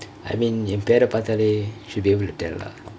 I mean என் பேர பாத்தாலே:yen pera paathaale should be able to tell lah